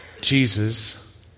Jesus